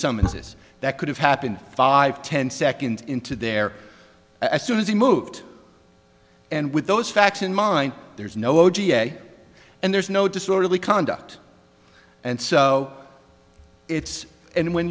summonses that could have happened five ten seconds into there as soon as he moved and with those facts in mind there's no o g a and there's no disorderly conduct and so it's in when